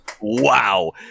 wow